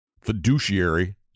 fiduciary